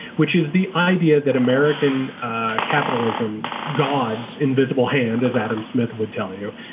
which is the idea that american capitalism, god's invisible hand, as adam smith would tell you,